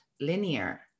linear